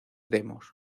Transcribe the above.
demos